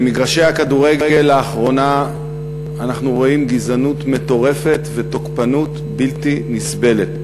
במגרשי הכדורגל לאחרונה אנחנו רואים גזענות מטורפת ותוקפנות בלתי נסבלת.